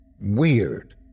weird